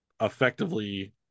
effectively